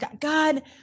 God